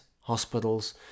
hospitals